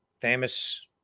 Famous